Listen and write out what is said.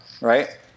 right